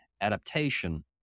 adaptation